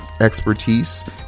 expertise